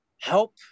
help